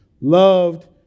loved